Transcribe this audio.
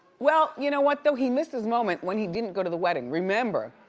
well, you know what though? he missed his moment when he didn't go to the wedding. remember,